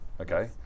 okay